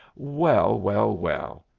well, well, well!